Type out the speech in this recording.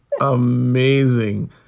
Amazing